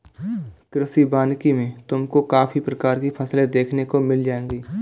कृषि वानिकी में तुमको काफी प्रकार की फसलें देखने को मिल जाएंगी